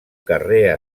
carrer